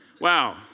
Wow